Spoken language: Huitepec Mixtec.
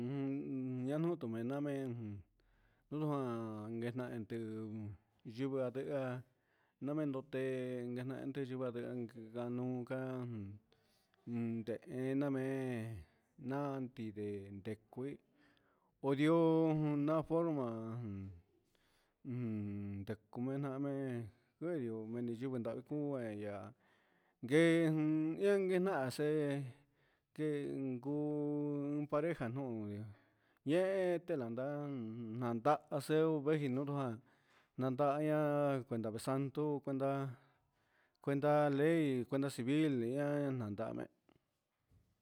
Ujun ñanuu tumena men nduan enan nguetuu, yungadea namendoté, nganunka un ndenamen nandenti kué, ho yió una forma, ujun ndekumena men meyo'ó nimi yuku nravi, kué yo'ó meni yuku nravii kuu eya'a nguen, ñañanche ken ngu pareja nun ngue ñee kenranta adexe niken nundiojan há kuenta vexando cuenta cuenta ley cuenta civil ña'a nadame'é.